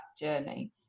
journey